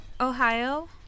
Ohio